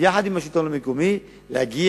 יחד עם השלטון המקומי להגיע,